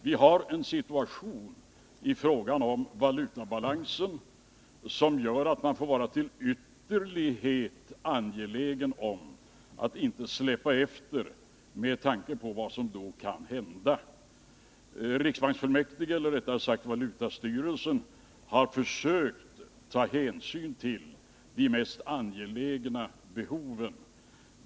Vi har en situation i fråga om valutabalansen som gör att man får vara till ytterlighet angelägen om att inte släppa efter, med tanke på vad som då kan hända. Riksbanksfullmäktige, eller rättare sagt valutzstyrelsen, har försökt ta hänsyn till de mest angelägna behoven.